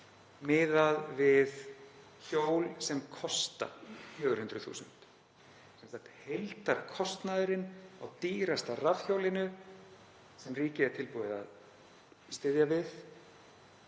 miðað við hjól sem kosta 400.000 kr., sem sagt heildarkostnaðurinn á dýrasta rafhjólinu sem ríkið er tilbúið að styðja við